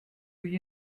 you